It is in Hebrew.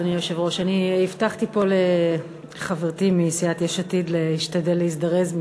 אני הבטחתי פה לחברתי מסיעת יש עתיד להשתדל להזדרז,